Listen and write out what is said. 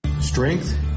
Strength